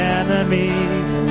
enemies